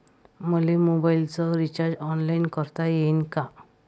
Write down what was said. मले मोबाईलच recharge online करता येईन का?